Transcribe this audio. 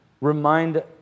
remind